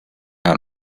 out